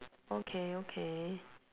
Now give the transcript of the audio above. okay okay